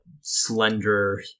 slender